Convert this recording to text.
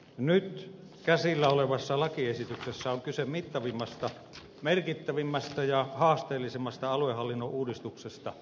nyt käsillä olevassa lakiesityksessä on kyse mittavimmasta merkittävimmästä ja haasteellisimmasta aluehallinnon uudistuksesta vuosikymmeniin